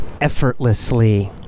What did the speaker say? effortlessly